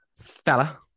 fella